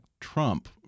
Trump